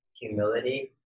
humility